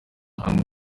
hamwe